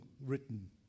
written